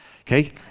okay